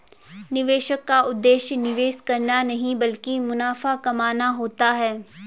निवेशक का उद्देश्य निवेश करना नहीं ब्लकि मुनाफा कमाना होता है